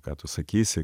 ką tu sakysi